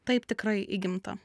taip tikrai įgimta